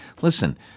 Listen